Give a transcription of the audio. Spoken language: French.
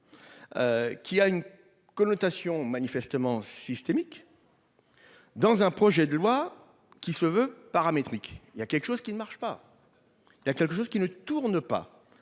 Qui a une connotation manifestement systémique. Dans un projet de loi qui se veut paramétrique. Il y a quelque chose qui ne marche pas. Il y a quelque chose qui ne tourne pas.